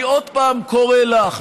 אני עוד פעם קורא לך,